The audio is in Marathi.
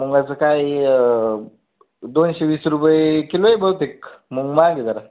मुगाचं काय आहे दोनशे वीस रुपये किलो आहे बहुतेक मुग महाग आहे जरा